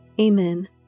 Amen